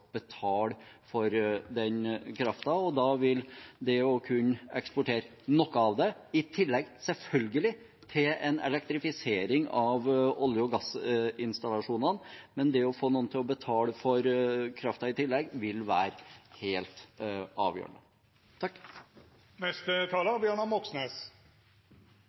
for den kraften. Da vil man kunne eksportere noe av det, selvfølgelig i tillegg til en elektrifisering av olje- og gassinstallasjonene. Men det å få noen til å betale for kraften, vil være helt avgjørende.